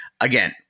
again